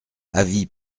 avis